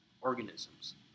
organisms